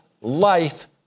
life